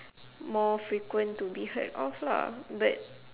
more frequent to be heard of lah but